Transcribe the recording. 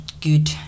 good